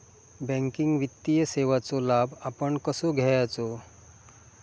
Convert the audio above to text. Banking वित्तीय सेवाचो लाभ आपण कसो घेयाचो?